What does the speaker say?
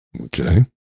Okay